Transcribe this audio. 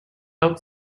out